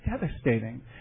devastating